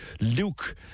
Luke